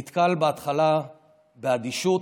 נתקל בהתחלה באדישות,